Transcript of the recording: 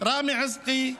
ראמי עזקי,